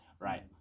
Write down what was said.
Right